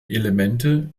elemente